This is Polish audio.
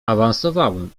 awansowałem